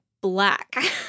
black